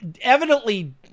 evidently